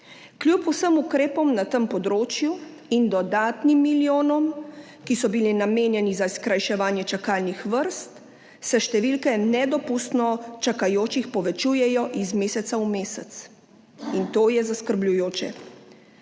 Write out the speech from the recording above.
Kljub vsem ukrepom na tem področju in dodatnim milijonom, ki so bili namenjeni za skrajševanje čakalnih vrst, se številke nedopustno čakajočih povečujejo iz meseca v mesec in to je zaskrbljujoče.